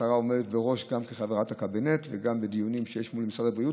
השרה עומדת בראש גם כחברת הקבינט וגם בדיונים שיש מול משרד הבריאות